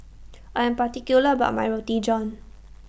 I'm particular about My Roti John